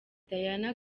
diana